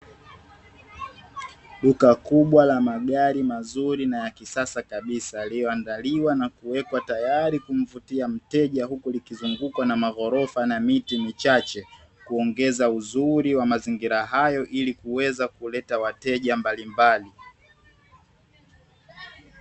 Duka kubwaa la magari mazuri na ya kisasa kabisa yaliyoandaliwa na kuwekwa tayari kumvutia mteja, huku likizungukwa na maghorofa na miti michache kuongeza uzuri wa mazingira hayo ili kuweza kuleta wateja mbalimbali.